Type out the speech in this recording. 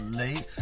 late